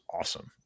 awesome